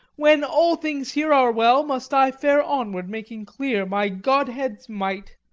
when all things here are well, must i fare onward making clear my godhead's might.